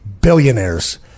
billionaires